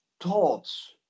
Thoughts